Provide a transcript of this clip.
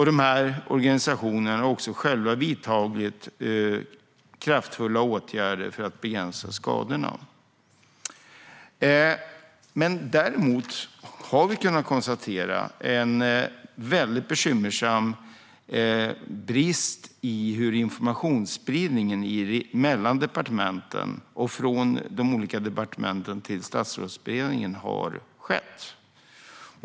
De här organisationerna har också själva vidtagit kraftfulla åtgärder för att begränsa skadorna. Däremot har vi kunnat konstatera en väldigt bekymmersam brist i hur informationsspridningen mellan departementen och från de olika departementen till Statsrådsberedningen har skett.